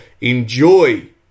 Enjoy